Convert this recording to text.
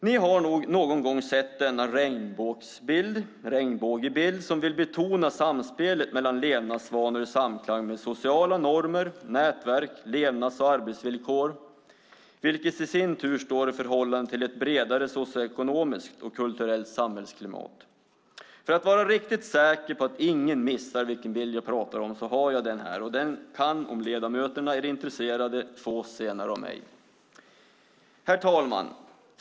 Ni har nog någon gång sett denna "regnbågsbild" där man vill betona samspelet mellan levnadsvanor och sociala normer, nätverk, levnads och arbetsvillkor, vilket i sin tur står i förhållande till ett bredare socioekonomiskt och kulturellt samhällsklimat. För att vara riktigt säker på att ingen missar vilken bild jag pratar om har jag den här, och den kan om ledamöterna är intresserade fås senare av mig. Herr talman!